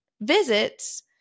visits